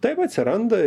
taip atsiranda